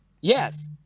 Yes